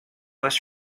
was